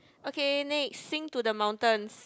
okay next sing to the mountains